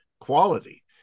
quality